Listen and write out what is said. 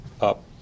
up